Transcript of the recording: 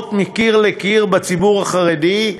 לתשואות מקיר לקיר בציבור החרדי,